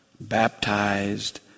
baptized